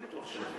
אני בטוח שלא.